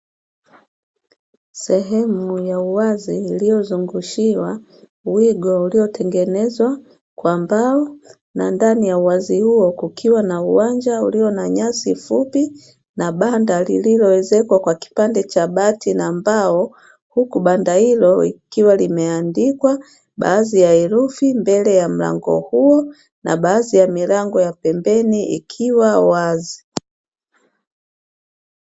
Sehemu ya uwazi iliyozungushiwa uzio huku ikiwa baadhi ya milango yake ikiwa wazi na mingine ikiwa imefunvuliwa